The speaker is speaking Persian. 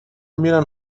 میرن